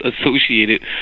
associated